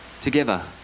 together